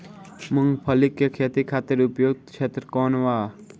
मूँगफली के खेती खातिर उपयुक्त क्षेत्र कौन वा?